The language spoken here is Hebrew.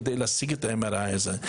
כדי להשיג את ה-MRI הזה.